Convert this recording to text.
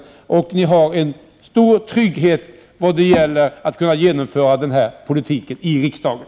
Dessutom finns det en stor trygghet när det gäller möjligheterna att genomföra den här politiken i riksdagen.